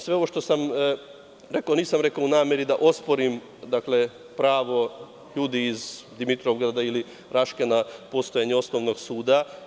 Sve ovo što sam rekao nisam rekao u nameri da osporim pravo ljudi iz Dimitrovgrada ili Raške na postojanje osnovnog suda.